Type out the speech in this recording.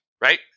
right